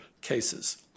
cases